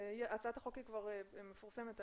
הצעת החוק כבר מפורסמת,